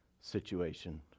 situation